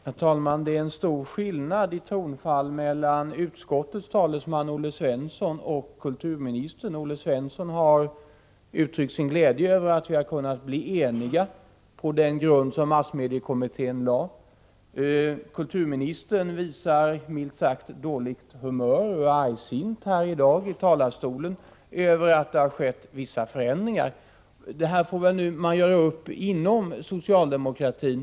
Herr talman! Det är en stor skillnad i tonfall mellan utskottets talesman Olle Svensson och kulturministern. Olle Svensson har uttryckt sin glädje över att vi har kunnat bli eniga på den grund som massmediekommittén lade. Kulturministern visar, milt sagt, dåligt humör och är argsint över att det har skett vissa förändringar. Det här får man väl göra upp inom socialdemokratin.